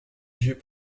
vieux